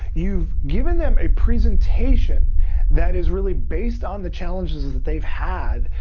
you've given them a presentation that is really based on the challenges that they've had,